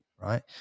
Right